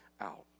out